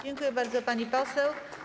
Dziękuję bardzo, pani poseł.